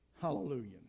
Hallelujah